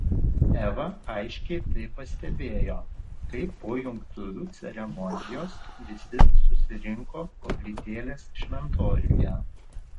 eva aiškiai tai pastebėjo kai po jungtuvių ceremonijos visi susirinko koplytėlės šventoriuje